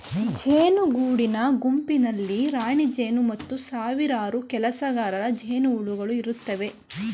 ಜೇನು ಗೂಡಿನ ಗುಂಪಿನಲ್ಲಿ ರಾಣಿಜೇನು ಮತ್ತು ಸಾವಿರಾರು ಕೆಲಸಗಾರ ಜೇನುಹುಳುಗಳು ಇರುತ್ತವೆ